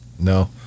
No